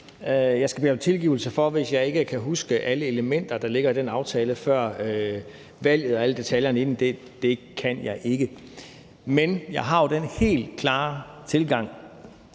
Jeg skal bede om tilgivelse for, hvis jeg ikke kan huske alle de elementer, der ligger i den aftale fra før valget, og alle detaljerne i den. Det kan jeg ikke. Men jeg har jo den helt klare tilgang,